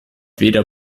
weder